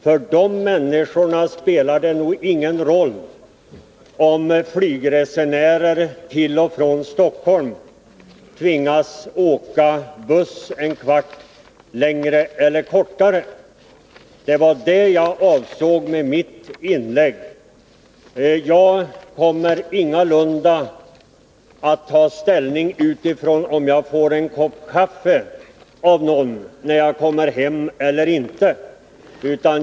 För de människorna spelar det nog ingen roll om flygresenärer till och från Stockholm tvingas åka buss en kvart mer eller mindre. Det var det jag avsåg med mitt inlägg. Jag kommer ingalunda att ta ställning utifrån om jag får en kopp kaffe eller inte av någon när jag kommer hem.